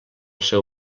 seu